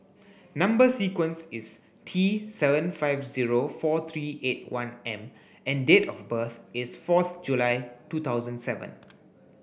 number sequence is T seven five zero four three eight one M and date of birth is fourth July two thousand seven